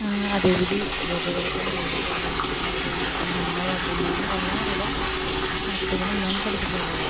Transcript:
അതെഴുതി രൂപകൽപ്പന ചെയ്തിട്ടുള്ള വ്യക്തിയായതു കൊണ്ട് എൻ്റമ്മയുടെ അടുത്തു നിന്നാണ് എല്ലാവിധ പാട്ടുകളും ഞാൻ പഠിച്ചിട്ടുള്ളത്